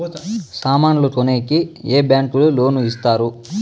సామాన్లు కొనేకి ఏ బ్యాంకులు లోను ఇస్తారు?